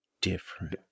different